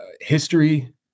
history